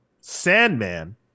Sandman